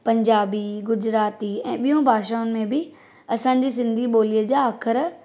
पंजाबी गुजराती ऐं ॿियूं भाषाऊनि में बि असांजी सिन्धी ॿोलीअ जा अख़र